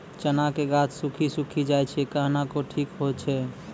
चना के गाछ सुखी सुखी जाए छै कहना को ना ठीक हो छै?